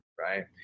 right